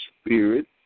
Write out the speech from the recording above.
spirit